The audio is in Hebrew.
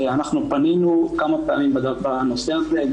אנחנו פנינו כמה פעמים בנושא הזה.